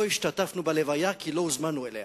לא השתתפנו בהלוויה, כי לא הוזמנו אליה.